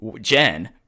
Jen